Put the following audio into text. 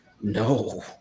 no